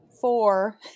four